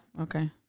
okay